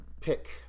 pick